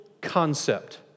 concept